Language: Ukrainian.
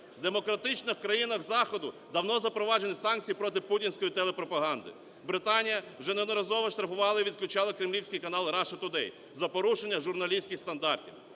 В демократичних країнах Заходу давно запроваджені санкції проти путінської телепропаганди. Британія вже неодноразово штрафувала і відключала кремлівський канал Russia Today за порушення журналістських стандартів.